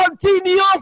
continue